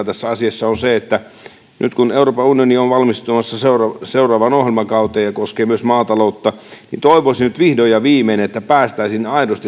tässä asiassa hieman harmittaa nyt kun euroopan unioni on valmistautumassa seuraavaan seuraavaan ohjelmakauteen ja se koskee myös maataloutta niin toivoisin että nyt vihdoin ja viimein päästäisiin aidosti